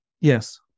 Yes